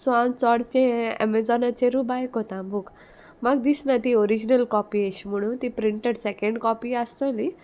so हांव चोडशें एमेजॉनाचेरूय बाय कोता बूक म्हाक दिसना ती ओरिजिनल कॉपी अेश म्हणून ती प्रिंटड सेकेंड कॉपी आसतोली